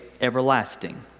everlasting